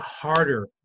harder